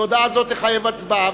שהודעה זו תחייב הצבעה,